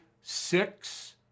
six